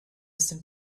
distant